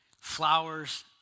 Flowers